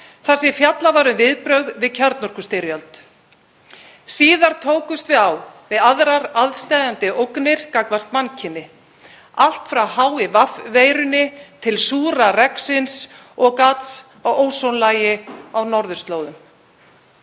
þar sem fjallað var um viðbrögð við kjarnorkustyrjöld. Síðar tókumst við á við aðrar aðsteðjandi ógnir gagnvart mannkyni, allt frá HIV-veirunni til súra regnsins og gats á ósonlagi á norðurslóðum.